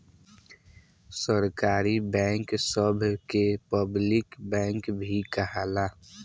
सरकारी बैंक सभ के पब्लिक बैंक भी कहाला